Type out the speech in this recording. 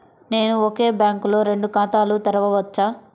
నేను ఒకే బ్యాంకులో రెండు ఖాతాలు తెరవవచ్చా?